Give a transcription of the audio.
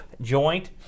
joint